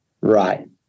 Right